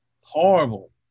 horrible